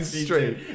straight